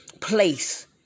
place